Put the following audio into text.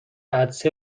عطسه